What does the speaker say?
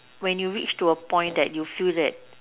when you reach to a point that you feel that